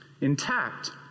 intact